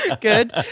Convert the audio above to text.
Good